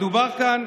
מדובר כאן,